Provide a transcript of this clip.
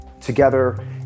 together